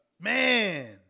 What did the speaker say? man